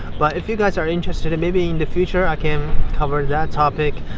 but if you guys are interested, maybe in the future i can cover that topic.